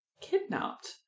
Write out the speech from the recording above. kidnapped